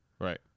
Right